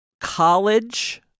college